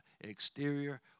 exterior